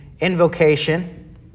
invocation